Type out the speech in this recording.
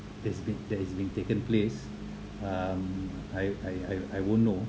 that's being that is being taken place um I I I I won't know